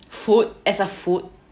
food as a food